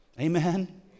Amen